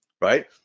right